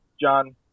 John